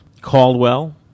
Caldwell